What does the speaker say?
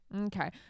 okay